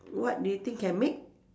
what do you think can make